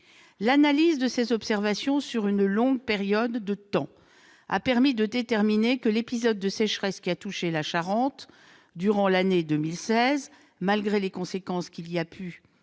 L'analyse de ces observations sur une longue période a permis de déterminer que l'épisode de sécheresse qui a touché la Charente durant l'année 2016, malgré les effets qu'il a pu